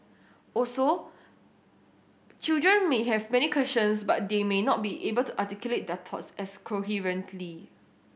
also children may have many questions but they may not be able to articulate their thoughts as coherently